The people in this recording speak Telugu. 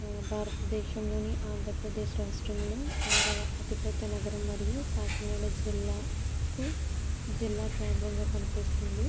భారత దేశంలోని ఆంధ్రప్రదేశ్ రాష్ట్రంలో ఆరవ అతిపెద్ద నగరం మరియు కాకినాడ జిల్లాకు జిల్లా కేంద్రంగా పనిచేస్తుంది